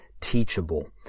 teachable